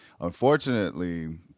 Unfortunately